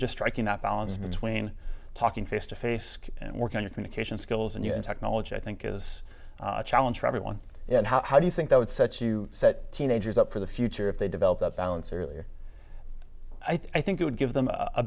just striking that balance between talking face to face and work on your communication skills and you in technology i think is a challenge for everyone and how do you think that would set you set teenagers up for the future if they develop that balance earlier i think it would give them a